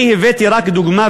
אני הבאתי רק דוגמה,